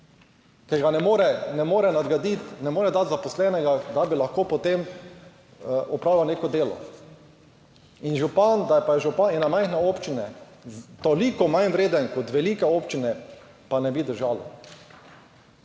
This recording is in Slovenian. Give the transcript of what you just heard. ker ga ne nagraditi, ne more dati zaposlenega, da bi lahko potem opravljal neko delo. Da je pa župan ene majhne občine toliko manj vreden kot velike občine pa ne bi držalo.